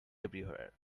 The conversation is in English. everywhere